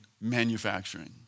manufacturing